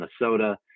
Minnesota